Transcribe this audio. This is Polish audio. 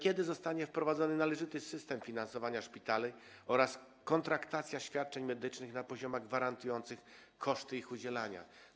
Kiedy zostanie wprowadzony należyty system finansowania szpitali oraz kontraktacja świadczeń medycznych na poziomach gwarantujących koszty ich udzielania?